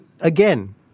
again